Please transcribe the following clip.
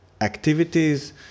activities